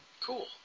Cool